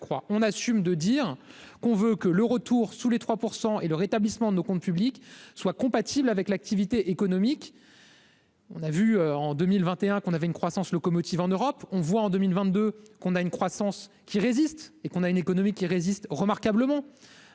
on assume de dire qu'on veut que le retour sous les 3 % et le rétablissement de nos comptes publics soit compatible avec l'activité économique. On a vu en 2021 qu'on avait une croissance locomotive en Europe on voit en 2022 qu'on a une croissance qui résistent et qu'on a une économie qui résiste remarquablement